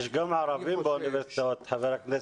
יש גם ערבים באוניברסיטאות, חבר הכנסת אבוטבול.